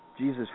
Jesus